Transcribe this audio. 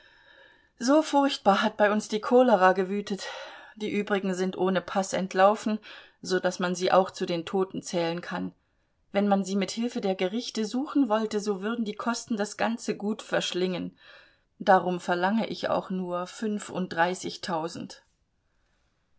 so furchtbar hat bei uns die cholera gewütet die übrigen sind ohne paß entlaufen so daß man sie auch zu den toten zählen kann wenn man sie mit hilfe der gerichte suchen wollte so würden die kosten das ganze gut verschlingen darum verlange ich auch nur fünfunddreißigtausend